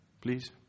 please